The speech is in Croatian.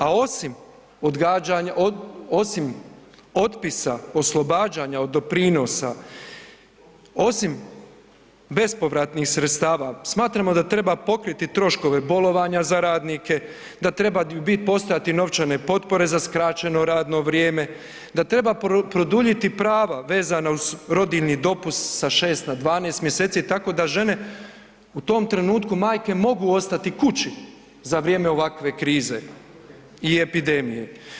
A osim odgađana, osim otpisa, oslobađanja od doprinosa, osim bespovratnih sredstava smatramo da treba pokriti troškove bolovanja za radnike, da treba bit postojati novčane potpore za skraćeno radno vrijeme, da treba produljiti prava vezana uz rodiljni dopust sa 6 na 12 mjeseci tako da žene u tom trenutku majke mogu ostati kući za vrijeme ovakve krize i epidemije.